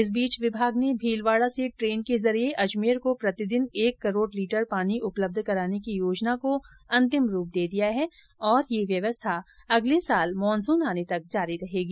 इस बीच विभाग ने मीलवाड़ा से ट्रेन के जरिए अजमेर को प्रतिदिन एक करोड़ लीटर पानी उपलब्ध कराने की योजना को अंतिम रूप दे दिया है और यह व्यवस्था अगले साल मॉनसून आने तक जारी रहेगी